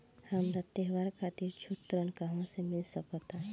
हमरा त्योहार खातिर छोट ऋण कहाँ से मिल सकता?